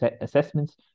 assessments